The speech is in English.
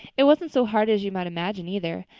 it wasn't so hard as you might imagine, either.